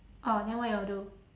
oh then what y'all do